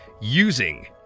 using